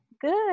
Good